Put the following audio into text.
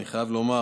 אני חייב לומר